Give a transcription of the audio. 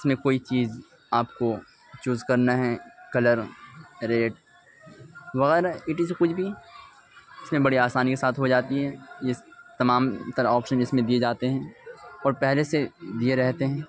اس میں کوئی چیز آپ کو چوز کرنا ہے کلر ریٹ وغیرہ اٹ از کچھ بھی اس میں بڑی آسانی کے ساتھ ہو جاتی ہے اس تمام تر آپشن اس میں دیئے جاتے ہیں اور پہلے سے دیئے رہتے ہیں